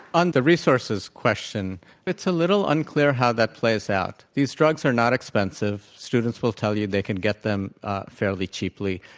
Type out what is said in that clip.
on the resources it's a little unclear how that plays out. these drugs are not expensive. students will tell you they can get them fairly cheaply,